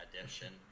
addition